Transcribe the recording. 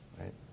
right